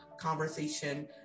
conversation